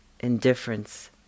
indifference